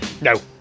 No